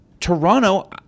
Toronto